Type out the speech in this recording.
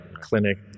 clinic